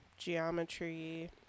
Geometry